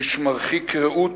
איש מרחיק ראות,